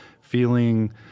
feeling